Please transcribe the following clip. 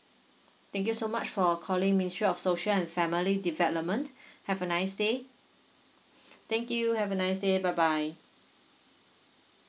thank you so much for calling ministry of social and family development have a nice day thank you have a nice day bye bye